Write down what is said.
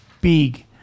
big